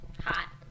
Hot